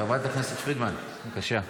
חברת הכנסת פרידמן, בבקשה.